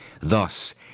Thus